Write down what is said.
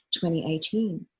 2018